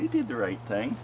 you did the right thing